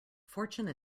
fortune